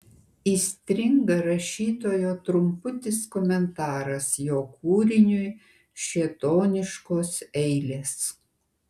įstringa rašytojo trumputis komentaras jo kūriniui šėtoniškos eilės